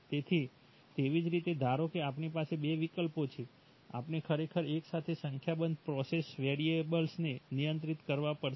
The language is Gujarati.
તેથી તેવી જ રીતે ધારો કે આપણી પાસે બે વિકલ્પો છે આપણે ખરેખર એક સાથે સંખ્યાબંધ પ્રોસેસ વેરિયેબલ્સને નિયંત્રિત કરવા પડશે